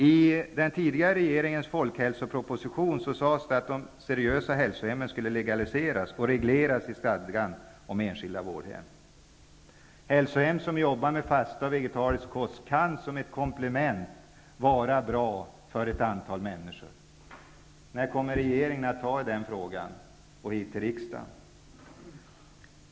I den föregående regeringens folkhälsoproposition sades att de seriösa hälsohemmen skulle legaliseras och regleras i stadgan om enskilda vårdhem. Hälsohem som arbetar med fasta och vegetarisk kost kan vara ett bra komplement för ett antal människor. När kommer regeringen att ta upp den frågan och föra den till riksdagen?